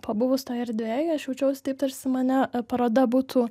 pabuvus toj erdvėj aš jaučiausi taip tarsi mane paroda būtų